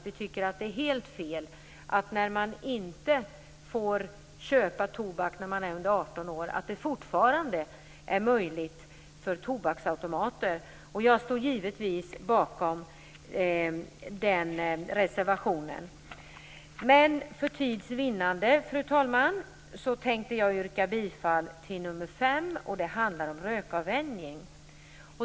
Vi tycker att det är helt fel att ungdomar som inte får köpa tobak när de är under 18 år ändå kan göra det i tobaksautomater. Jag står givetvis bakom reservationen om detta, men för tids vinnande yrkar jag bifall till reservation 5 som handlar om rökavvänjning.